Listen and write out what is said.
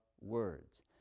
words